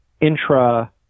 intra